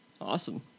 Awesome